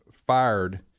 fired